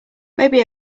maybe